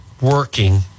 working